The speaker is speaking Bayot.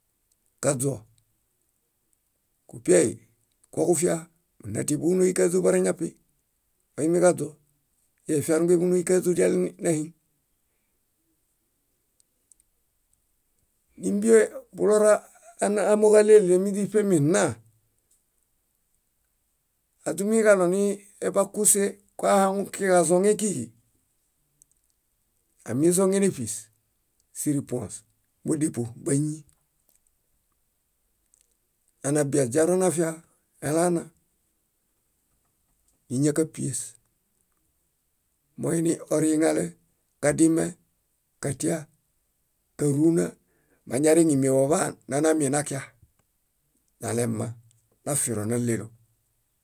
. Kaźo, kupiai koġuvia munatimi búnoikaźu boreñapi, moimiġaźo. Efiarunge búnoikaźu diale, nehiŋ. Nímbie buloramooġo áɭeɭ míźiṗemi nna, aźumuiġaɭo ni- eḃa kúse koahaŋukiġazoŋẽ kíġi, amizoŋen éṗis, síripuõs, budipu báñii. Anabia źaro nafia, elana, ña- kápies. Boini oriŋale kadime, katia, káruna. Mañareŋ ímieḃ oḃaan nana mími nakia, nalemma, nafiro nálelo.